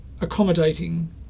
accommodating